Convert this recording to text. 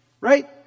right